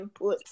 inputs